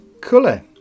colour